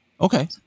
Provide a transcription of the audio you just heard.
Okay